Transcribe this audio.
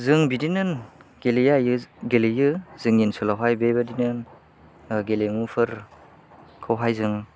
जों बिदिनो गेलेयो गेलेयो जोंनि ओनसोलाव बेबायदिनो गेलेमुफोरखौहाय जों